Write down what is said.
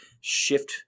shift